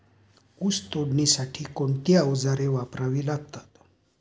ऊस तोडणीसाठी कोणती अवजारे वापरावी लागतात?